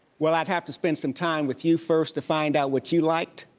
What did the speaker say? well i'd have to spend some time with you first to find out what you liked,